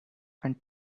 and